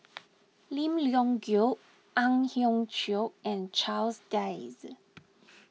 Lim Leong Geok Ang Hiong Chiok and Charles Dyce